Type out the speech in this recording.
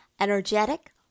energetic